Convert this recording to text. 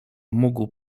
mógł